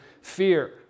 fear